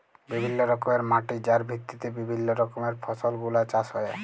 বিভিল্য রকমের মাটি যার ভিত্তিতে বিভিল্য রকমের ফসল গুলা চাষ হ্যয়ে